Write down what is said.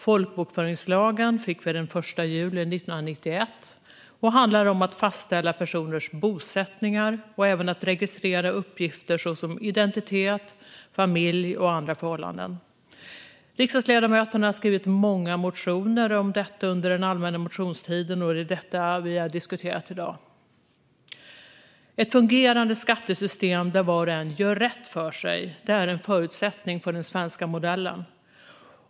Folkbokföringslagen fick vi den 1 juli 1991, och den handlar om att fastställa personers bosättningar och även om att registrera uppgifter såsom identitet, familj och andra förhållanden. Riksdagsledamöterna har skrivit många motioner om detta under den allmänna motionstiden, och det är detta vi diskuterar i dag. Ett fungerande skattesystem där var och en gör rätt för sig är en förutsättning för den svenska modellen.